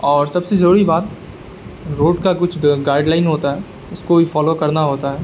اور سب سے ضروری بات روڈ کا کچھ گائڈ لائن ہوتا ہے اس کو بھی فالو کرنا ہوتا ہے